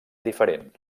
diferent